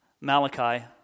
Malachi